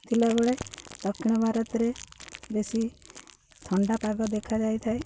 ଥିଲାବେଳେ ଦକ୍ଷିଣ ଭାରତରେ ବେଶୀ ଥଣ୍ଡା ପାଗ ଦେଖାଯାଇଥାଏ